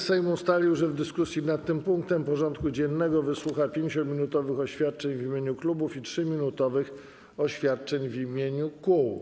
Sejm ustalił, że w dyskusji nad tym punktem porządku dziennego wysłucha 5-minutowych oświadczeń w imieniu klubów i 3-minutowych oświadczeń w imieniu kół.